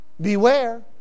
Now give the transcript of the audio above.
Beware